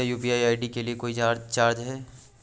क्या UPI ID के लिए कोई चार्ज है?